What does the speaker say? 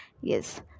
yes